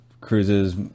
cruises